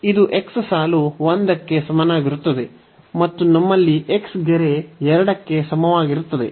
ಇದು x ಸಾಲು 1 ಕ್ಕೆ ಸಮನಾಗಿರುತ್ತದೆ ಮತ್ತು ನಮ್ಮಲ್ಲಿ x ಗೆರೆ 2 ಕ್ಕೆ ಸಮವಾಗಿರುತ್ತದೆ